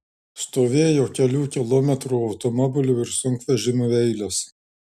stovėjo kelių kilometrų automobilių ir sunkvežimių eilės